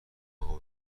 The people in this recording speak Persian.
اقا